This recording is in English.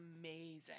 amazing